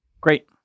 Great